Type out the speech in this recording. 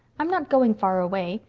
i'm not going far away.